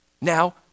now